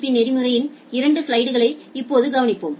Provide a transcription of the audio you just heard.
B நெறிமுறையின் இரண்டு ஸ்லைடுகளை இப்போது கவனிப்போம்